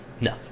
No